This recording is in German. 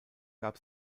gab